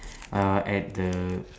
uh at the